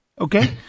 okay